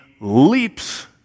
leaps